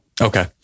Okay